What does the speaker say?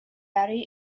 برای